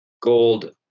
Gold